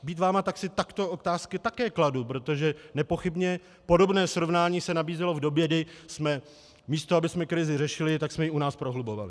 Být vámi, tak si takové otázky také kladu, protože nepochybně podobné srovnání se nabízelo v době, kdy místo abychom krizi řešili, tak jsme ji u nás prohlubovali.